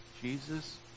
Jesus